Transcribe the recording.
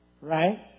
right